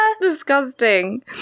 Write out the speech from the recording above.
disgusting